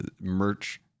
merch